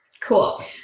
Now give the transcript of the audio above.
Cool